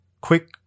quick